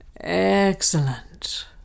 Excellent